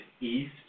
east